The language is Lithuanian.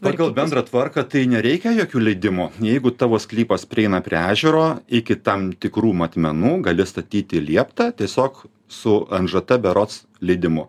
pagal bendrą tvarką tai nereikia jokių leidimų jeigu tavo sklypas prieina prie ežero iki tam tikrų matmenų gali statyti lieptą tiesiog su nžt berods leidimu